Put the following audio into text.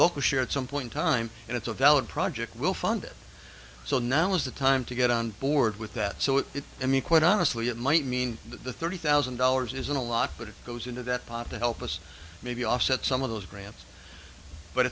local shared some point time and it's a valid project will fund it so now is the time to get on board with that so it i mean quite honestly it might mean that the thirty thousand dollars isn't a lot but it goes into that papa help us maybe offset some of those grants but